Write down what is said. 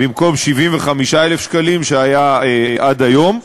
במקום 75,000 ש"ח עד היום,